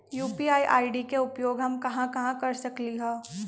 UPI ID के उपयोग हम कहां कहां कर सकली ह?